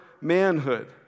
manhood